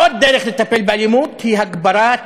עוד דרך לטפל באלימות היא הגברת